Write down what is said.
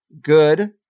good